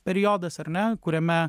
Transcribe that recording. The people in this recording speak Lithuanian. periodas ar ne kuriame